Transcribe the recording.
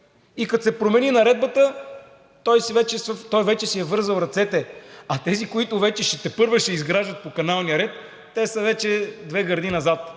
и като се промени Наредбата, той вече си е вързал ръцете, а тези които вече тепърва ще изграждат по каналния ред, те са вече две гърди назад.